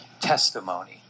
testimony